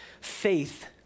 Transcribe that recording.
faith